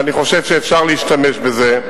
ואני חושב שאפשר להשתמש בזה.